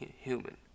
human